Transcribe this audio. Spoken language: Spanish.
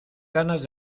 ganas